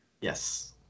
Yes